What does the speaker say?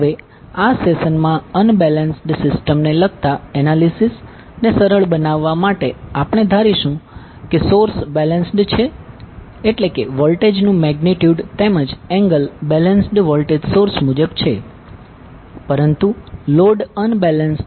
હવે આ સેશનમાં અનબેલેન્સ્ડ સિસ્ટમને લગતા એનાલીસીસ ને સરળ બનાવવા માટે આપણે ધારીશું કે સોર્સ બેલેન્સ્ડ છે એટલે કે વોલ્ટેજનું મેગ્નીટ્યુડ તેમજ એન્ગલ બેલેન્સ્ડ વોલ્ટેજ સોર્સ મુજબ છે પરંતુ લોડ અનબેલેન્સ્ડ છે